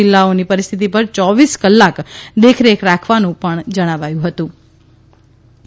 જિલ્લાઓની પરિસ્થિત પર ચોવીસ કલાક દેખરેખ રાખવાનું પણ જણાવ્યુ હતુ